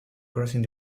crossing